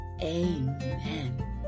Amen